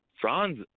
Franz